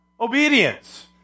obedience